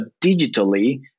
digitally